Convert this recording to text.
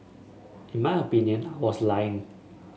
in my opinion I was lying